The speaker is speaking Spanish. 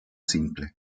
simple